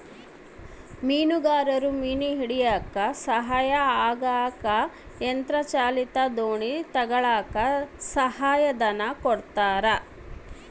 ಮೀನುಗಾರರು ಮೀನು ಹಿಡಿಯಕ್ಕ ಸಹಾಯ ಆಗಂಗ ಯಂತ್ರ ಚಾಲಿತ ದೋಣಿ ತಗಳಕ್ಕ ಸಹಾಯ ಧನ ಕೊಡ್ತಾರ